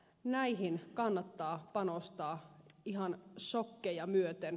näihin kannattaa panostaa ihan shokeja myöten